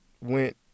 went